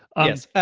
yes,